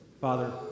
Father